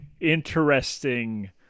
interesting